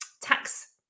tax